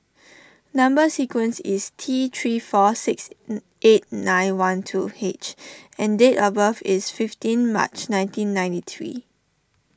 Number Sequence is T three four six N eight nine one two H and date of birth is fifteen March nineteen ninety three